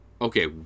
okay